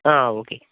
ആ ഓക്കെ